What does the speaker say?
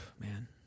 Man